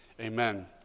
Amen